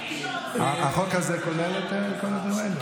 החוק הזה כולל את הדברים האלה?